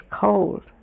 cold